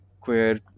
queer